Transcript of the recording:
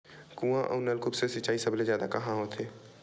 कुआं अउ नलकूप से सिंचाई सबले जादा कहां होथे?